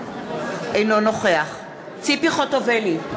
אינו נוכח ציפי חוטובלי,